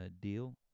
Deal